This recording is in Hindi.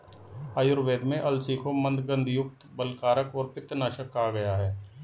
आयुर्वेद में अलसी को मन्दगंधयुक्त, बलकारक और पित्तनाशक कहा गया है